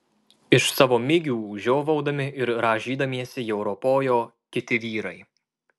iš savo migių žiovaudami ir rąžydamiesi jau ropojo kiti vyrai